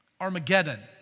Armageddon